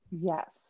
Yes